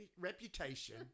reputation